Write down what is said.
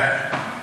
כן.